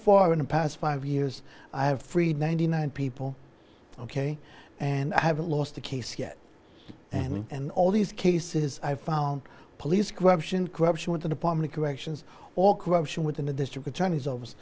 far in the past five years i have freed ninety nine people ok and i haven't lost a case yet and all these cases i've found police corruption corruption with the department of corrections or corruption within the district attorney's office